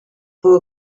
for